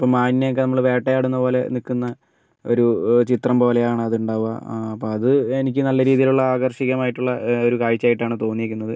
ഇപ്പോൾ മാനിനെയൊക്കെ നമ്മള് വേട്ടയാടുന്ന പോലെ നിൽക്കുന്ന് ഒരു ചിത്രം പോലെയാണ് അതുണ്ടാകുക ആ അപ്പം അത് എനിക്ക് നല്ല രീതിയിലുള്ള ആകർഷികമായിട്ടുള്ള ഒരു കാഴ്ചയായിട്ടാണ് തോന്നിയേക്കുന്നത്